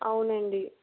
అవునండి